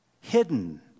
hidden